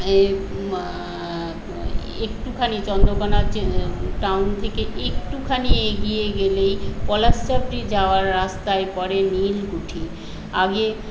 একটুখানি চন্দকোনা যে টাউন থেকে একটুখানি এগিয়ে গেলেই পলাশ সাপড়ি যাওয়ার রাস্তায় পরে নীল কুঠি আগে